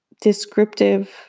descriptive